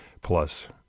plus